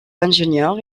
ingénieur